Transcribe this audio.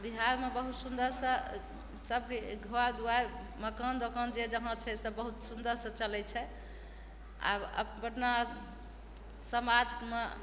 बिहारमे बहुत सुन्दरसँ सबके घर दुआरि मकान दोकान जे जहाँ छै सब बहुत सुन्दरसँ चलय छै आब अपना समाजमे